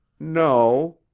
no,